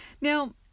now